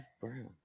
brown